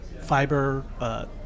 fiber